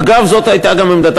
אגב, זאת הייתה גם עמדת